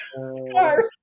scarf